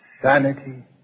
sanity